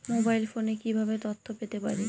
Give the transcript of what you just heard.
Mobile ফোনে কিভাবে তথ্য পেতে পারি?